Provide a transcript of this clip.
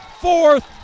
fourth